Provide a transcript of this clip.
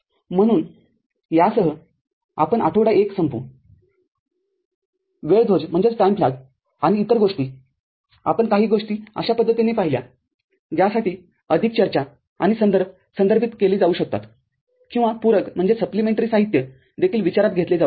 म्हणून यासह आपण आठवडा १ संपवूवेळ ध्वज आणि इतर गोष्टी आपण काही गोष्टी अशा पद्धतीने पाहिल्या ज्यासाठी अधिक चर्चा आणि संदर्भ संदर्भित केले जाऊ शकतात किंवा पूरक साहित्य देखील विचारात घेतले जाऊ शकते